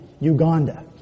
Uganda